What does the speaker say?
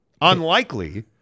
Unlikely